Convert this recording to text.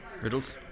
Riddles